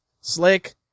Slick